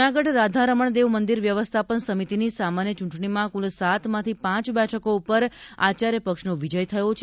જૂનાગઢ રાધા રમણ દેવ મંદિર વ્યવસ્થાપન સમિતીની સામાન્ય ચૂંટણીમાં કુલ સાતમાંથી પાંચ બેઠકો પર આચાર્ય પક્ષનો વિજય થયો છે